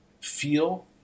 feel